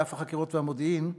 אגף החקירות והמודיעין,